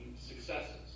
successes